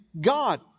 God